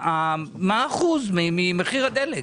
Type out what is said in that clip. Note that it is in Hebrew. מה האחוז ממחיר הדלק?